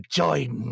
join